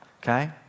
Okay